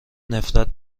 نفرت